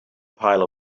pile